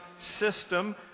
system